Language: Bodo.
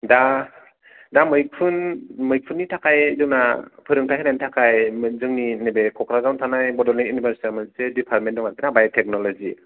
दा दा मैखुन मैखुननि थाखाय जोंना फोरोंथाय होनायनि थाखाय जोंनि नैबे क'क्राझार आव थानाय बड'लेण्ड इउनिबारसिथिआव मोनसे दिफारमेन दं आरखि ना बाय'थेकन'ल'जि